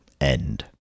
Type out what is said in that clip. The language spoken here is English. end